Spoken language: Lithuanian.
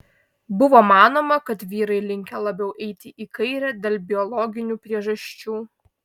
buvo manoma kad vyrai linkę labiau eiti į kairę dėl biologinių priežasčių